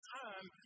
time